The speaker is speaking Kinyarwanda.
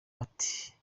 ati